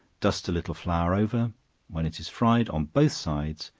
dust a little flour over when it is fried on both sides,